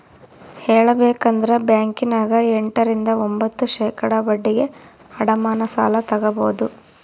ಹೇಳಬೇಕಂದ್ರ ಬ್ಯಾಂಕಿನ್ಯಗ ಎಂಟ ರಿಂದ ಒಂಭತ್ತು ಶೇಖಡಾ ಬಡ್ಡಿಗೆ ಅಡಮಾನ ಸಾಲ ತಗಬೊದು